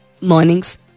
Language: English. mornings